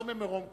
לא ממרום כיסאי,